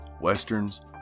westerns